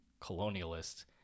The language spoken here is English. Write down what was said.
colonialists